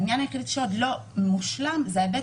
העניין היחיד שעוד לא מושלם הוא ההיבט